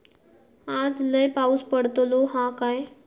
आज लय पाऊस पडतलो हा काय?